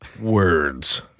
words